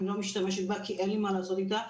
אני לא משתמשת בה כי אין לי מה לעשות איתה,